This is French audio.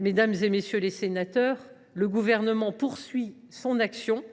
Mesdames, messieurs les sénateurs, le Gouvernement poursuit son action